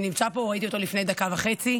שנמצא פה, ראיתי אותו לפני דקה וחצי,